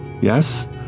yes